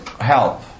help